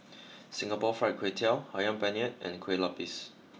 Singapore fried Kway Tiao Ayam Penyet and Kueh Lupis